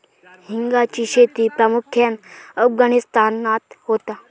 हिंगाची शेती प्रामुख्यान अफगाणिस्तानात होता